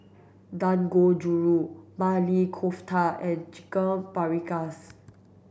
Dangojiru Maili Kofta and Chicken Paprikas